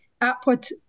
output